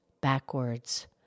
backwards